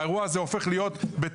האירוע הזה הופך להיות בתל-אביב,